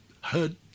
heard